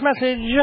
message